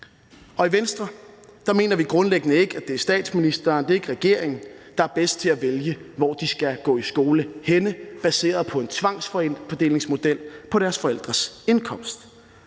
I Venstre mener vi grundlæggende ikke, at det er statsministeren eller regeringen, der er bedst til at vælge, hvor de unge skal gå i skole henne, baseret på en tvangsfordelingsmodel i forhold til deres forældres indkomst.